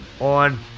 on